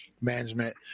management